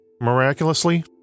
Miraculously